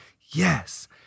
yes